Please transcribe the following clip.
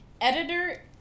editor